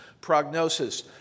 Prognosis